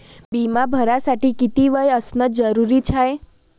बिमा भरासाठी किती वय असनं जरुरीच हाय?